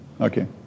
Okay